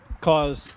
cause